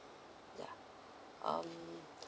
ya um